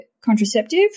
contraceptive